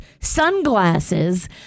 sunglasses